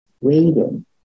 waiting